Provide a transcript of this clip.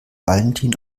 valentin